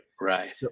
Right